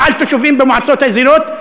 לא על תושבים במועצות האזוריות,